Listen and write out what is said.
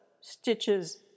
stitches